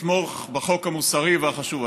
לתמוך בחוק המוסרי והחשוב הזה.